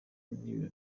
ibiro